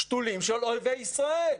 שתולים של אויבי ישראל.